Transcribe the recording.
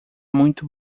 muito